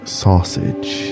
sausage